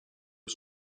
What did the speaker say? has